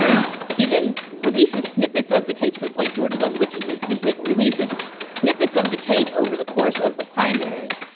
um he then release snippets of the tapes, so it's like georgia's own wikileaks. he like releases snippets of the tape over the course of the primary,